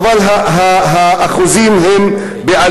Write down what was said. חבר הכנסת חסון.